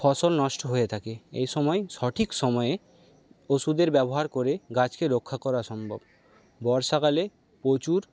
ফসল নষ্ট হয়ে থাকে এই সময় সঠিক সময়ে ওষুধের ব্যবহার করে গাছকে রক্ষা করা সম্ভব বর্ষাকালে প্রচুর